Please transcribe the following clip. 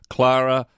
Clara